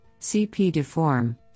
CP-deform